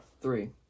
three